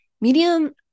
Medium